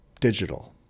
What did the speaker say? digital